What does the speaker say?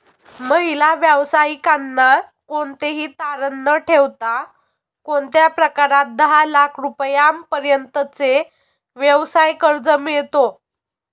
महिला व्यावसायिकांना कोणतेही तारण न ठेवता कोणत्या प्रकारात दहा लाख रुपयांपर्यंतचे व्यवसाय कर्ज मिळतो?